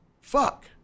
fuck